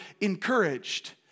encouraged